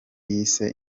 yise